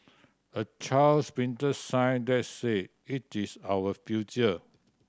a child's printed sign that say it is our future